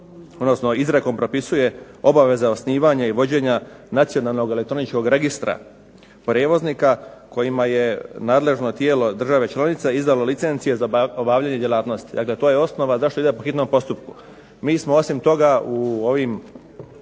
odnosno izrijekom propisuje obaveza osnivanja i vođenja nacionalnog elektroničkog registra prijevoznika, kojima je nadležno tijelo države članice izdalo licencije za obavljanje djelatnosti. Dakle to je osnova zašto ide po hitnom postupku. Mi smo osim toga u ovim